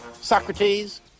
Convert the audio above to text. Socrates